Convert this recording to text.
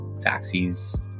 Taxi's